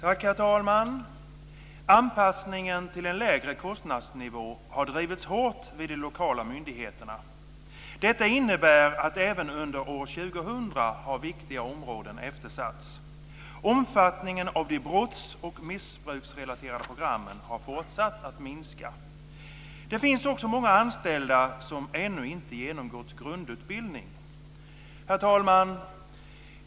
Herr talman! "Anpassningen till en lägre kostnadsnivå har drivits hårt vid de lokala myndigheterna. Detta innebär att även under år 2000 har viktiga områden eftersatts. Omfattningen av de brotts och missbruksrelaterade programmen har fortsatt att minska. Det finns också många anställda, som ännu inte genomgått grundutbildning".